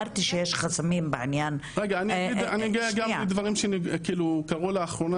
אני אגיע גם לדברים שקרו לאחרונה,